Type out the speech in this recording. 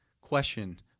question